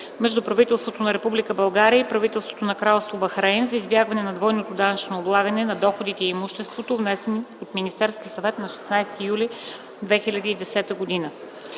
между правителството на Република България и правителството на Кралство Бахрейн за избягване на двойното данъчно облагане на доходите и имуществото, внесен от Министерския съвет на 16 юли 2010 г.